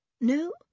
No